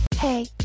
Hey